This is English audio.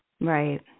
Right